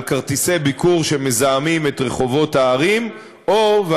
כרטיסי ביקור שמזהמים את רחובות הערים וגם,